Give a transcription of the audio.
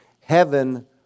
Heaven